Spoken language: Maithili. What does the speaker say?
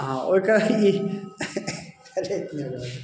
हँ ओइके